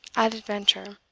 at adventure.